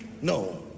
No